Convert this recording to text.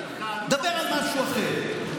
דבר על משהו אחר,